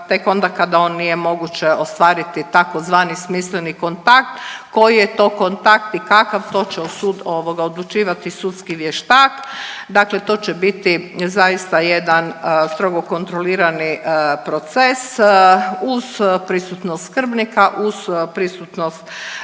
tek onda kada on nije moguće ostvariti tzv. smisleni kontakt, koji je to kontakt i kakav to će sud, ovoga odlučivati sudski vještak, dakle to će biti zaista jedan strogo kontrolirani proces uz prisutnost skrbnika, uz prisutnost